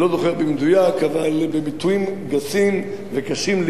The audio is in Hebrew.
אבל ביטויים גסים וקשים ליהודי לשמוע.